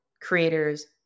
creators